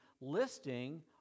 listing